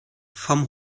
vom